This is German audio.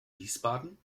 wiesbaden